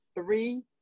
three